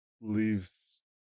leaves